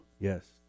Yes